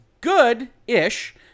good-ish